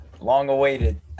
Long-awaited